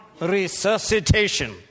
resuscitation